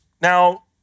Now